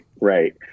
Right